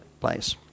place